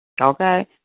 Okay